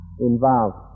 involved